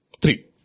Three